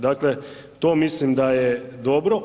Dakle, to mislim da je dobro.